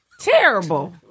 Terrible